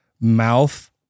mouth